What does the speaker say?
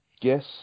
guess